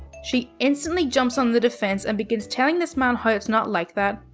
she instantly jumps on the defense and begins telling this man how it's not like that.